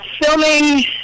filming